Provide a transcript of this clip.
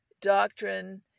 doctrine